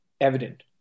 evident